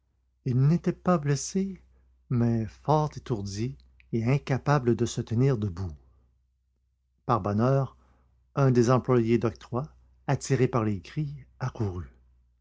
il n'était pas blessé mais fort étourdi et incapable de se tenir debout par bonheur un des employés de l'octroi attiré par les cris accourut